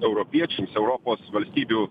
europiečiams europos valstybių